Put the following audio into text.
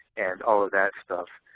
and all of that stuff.